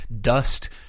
dust